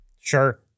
Sure